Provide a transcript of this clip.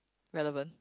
relevant